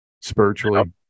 spiritually